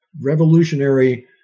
revolutionary